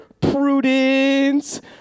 Prudence